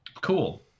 Cool